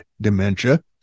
dementia